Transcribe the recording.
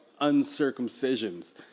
uncircumcisions